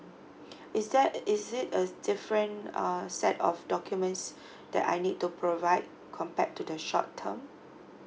is there is it a different uh set of documents that I need to provide compared to the short term